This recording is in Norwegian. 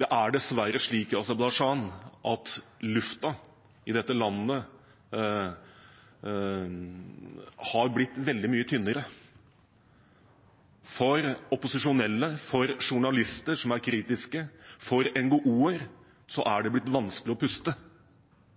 Det er dessverre slik i Aserbajdsjan at luften i dette landet har blitt veldig mye tynnere. For opposisjonelle, for journalister som er kritiske, og for NGO-er er det blitt vanskelig å puste.